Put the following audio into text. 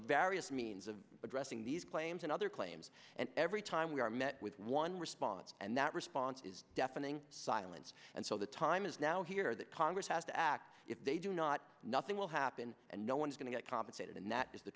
various means of addressing these claims and other claims and every time we are met with one response and that response is deafening silence and so the time is now here that congress has to act if they do not nothing will happen and no one's going to get compensated